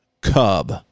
Cub